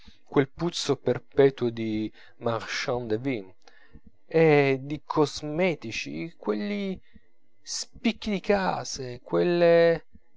quel puzzo perpetuo di marchand de vin e di cosmetici quegli spicchi di case quelle